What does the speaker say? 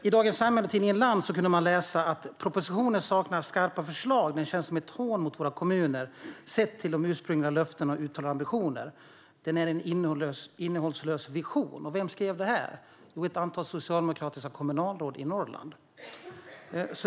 I Dagens Samhälle och tidningen Land kunde man läsa att propositionen saknar skarpa förslag, att den känns som ett hån mot våra kommuner sett till ursprungliga löften och uttalade ambitioner och att den är en innehållslös vision. Vem skrev det här? Jo, ett antal socialdemokratiska kommunalråd i Norrland.